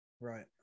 Right